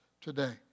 today